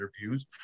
interviews